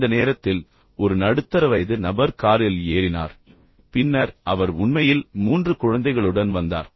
இந்த நேரத்தில் ஒரு நடுத்தர வயது நபர் காரில் ஏறினார் பின்னர் அவர் உண்மையில் மூன்று குழந்தைகளுடன் வந்தார்